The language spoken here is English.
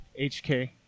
HK